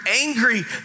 angry